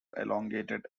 elongated